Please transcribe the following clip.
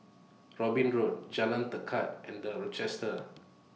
Robin Road Jalan Tekad and The Rochester